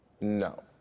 No